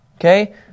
okay